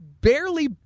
barely